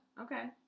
Okay